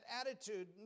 attitude